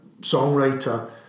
songwriter